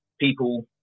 people